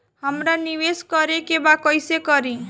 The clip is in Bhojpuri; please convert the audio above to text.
हमरा निवेश करे के बा कईसे करी?